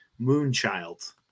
Moonchild